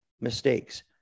mistakes